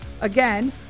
Again